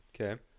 okay